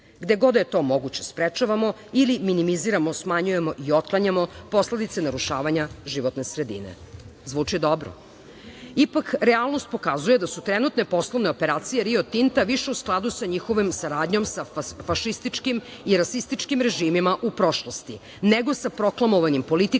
Gde god je to moguće sprečavamo i minimiziramo, smanjujemo i otklanjamo posledice narušavanja životne sredine. Zvuči dobro. Ipak realnost pokazuje da su trenutne poslovne operacije Rio Tinta više u skladu sa njihovom saradnjom sa fašističkim i rasističkim režimima u prošlosti, nego sa proklamovanim politikama,